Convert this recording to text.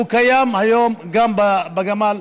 הוא קיים היום גם בגמל,